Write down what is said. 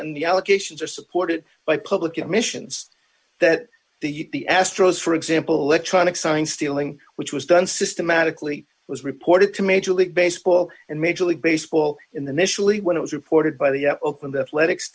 and the allegations are supported by public admissions that the the astros for example electronic sign stealing which was done systematically was reported to major league baseball and major league baseball in the mischa league when it was reported by the open that le